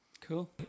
Cool